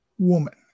Woman